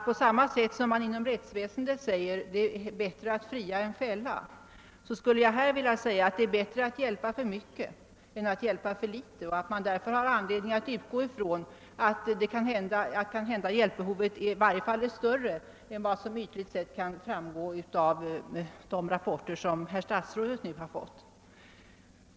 På samma sätt som man inom rättsväsendet säger att det är bättre att fria än att fälla skulle jag här vilja säga att det är bättre att hjälpa för mycket än att hjälpa för litet och att vi därför har anledning utgå från att hjälpbehovet är större än som ytligt sett kan framgå av de rapporter som utrikesministern nu har fått.